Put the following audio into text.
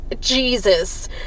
Jesus